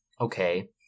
Okay